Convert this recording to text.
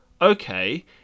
okay